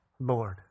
Lord